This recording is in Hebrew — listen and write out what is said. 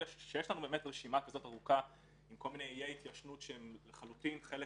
כשיש לנו רשימה כזאת ארוכה עם כל מיני איי התיישנות לו שהם לחלוטין חלק